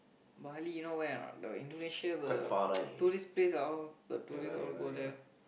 Bali you know where or not the Indonesia the tourist place ah all the tourist all go there